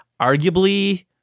arguably